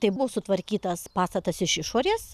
tai buvo sutvarkytas pastatas iš išorės